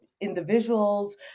individuals